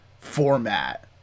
format